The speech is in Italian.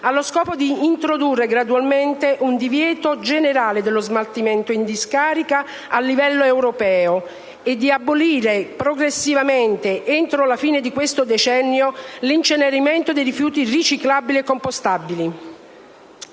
allo scopo di introdurre gradualmente un divieto generale dello smaltimento in discarica a livello europeo e di abolire progressivamente, entro la fine di questo decennio, l'incenerimento dei rifiuti riciclabili e compostabili.